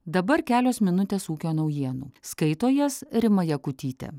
dabar kelios minutės ūkio naujienų skaito jas rima jakutytė